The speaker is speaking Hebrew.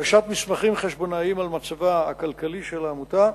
הגשת מסמכים חשבונאיים על מצבה הכלכלי של העמותה,